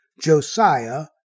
Josiah